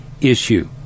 issue